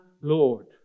Lord